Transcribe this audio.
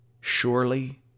surely